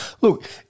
Look